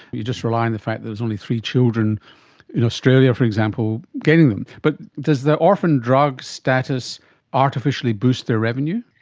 you just rely on the fact that there's only three children in australia, for example, getting them. but does the orphan drug status artificially boost the revenue?